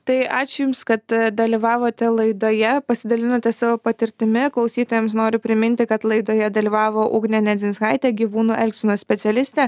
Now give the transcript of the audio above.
tai ačiū jums kad dalyvavote laidoje pasidalinote savo patirtimi klausytojams noriu priminti kad laidoje dalyvavo ugnė nedzinskaitė gyvūnų elgsenos specialistė